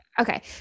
Okay